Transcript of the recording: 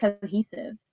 cohesive